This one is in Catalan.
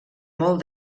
molt